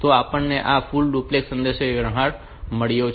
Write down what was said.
તો આપણને આ ફૂલ ડુપ્લેક્સ સંદેશાવ્યવહાર મળ્યો છે